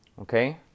okay